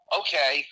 okay